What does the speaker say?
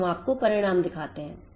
अब हम आपको परिणाम दिखाते हैं